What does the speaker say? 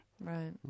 right